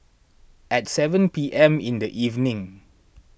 at seven P M in the evening